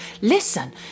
Listen